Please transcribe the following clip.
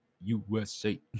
USA